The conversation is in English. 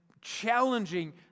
challenging